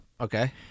Okay